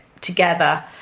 together